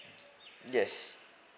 yes